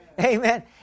Amen